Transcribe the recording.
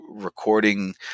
recording